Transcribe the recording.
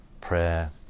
prayer